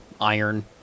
iron